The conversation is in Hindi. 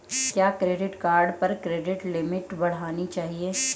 क्या क्रेडिट कार्ड पर क्रेडिट लिमिट बढ़ानी चाहिए?